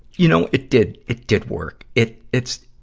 you know, it did. it did work. it, it's,